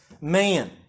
man